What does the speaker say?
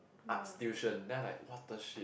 arts tuition then I was like !what the shit!